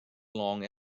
long